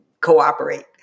cooperate